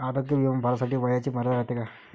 आरोग्य बिमा भरासाठी वयाची मर्यादा रायते काय?